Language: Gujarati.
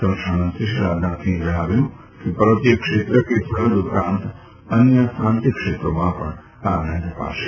સંરક્ષણમંત્રી શ્રી રાજનાથસિંહે જણાવ્યું કે પર્વતીય ક્ષેત્ર કે સરહદ ઉપરાંત અન્ય શાંતિક્ષેત્રોમાં પણ આ અનાજ અપાશે